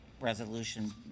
resolution